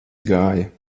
gāja